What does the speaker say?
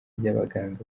ry’abaganga